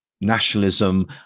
nationalism